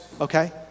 okay